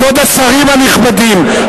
כבוד השרים הנכבדים.